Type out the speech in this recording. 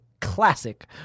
classic